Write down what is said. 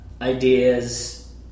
ideas